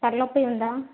తలనొప్పి ఉందా